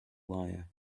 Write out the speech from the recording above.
liar